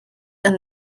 and